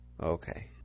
Okay